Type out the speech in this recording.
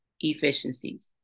efficiencies